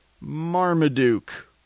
Marmaduke